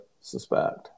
suspect